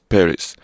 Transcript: Paris